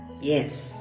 yes